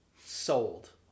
sold